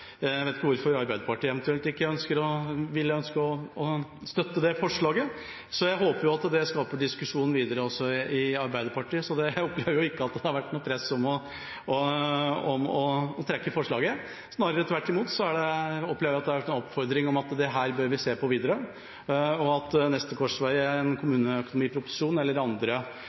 Jeg vet ikke hvorfor Arbeiderpartiet ikke ville ønsket å støtte det forslaget, men jeg håper at det skaper diskusjon videre også i Arbeiderpartiet. Så jeg opplever jo ikke at det har vært noe press for å trekke forslaget. Snarere tvert imot opplever jeg at det har vært en oppfordring om at vi bør se på dette videre, og at neste korsvei er en kommuneøkonomiproposisjon eller andre